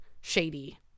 shady